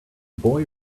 boy